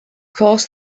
course